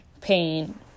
pain